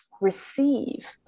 receive